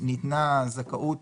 ניתנה התייחסות